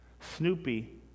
Snoopy